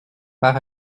par